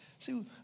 See